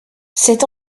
cet